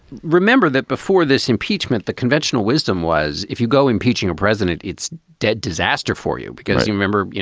remember that before this impeachment, the conventional wisdom was if you go impeaching a president, it's dead disaster for you because you remember, you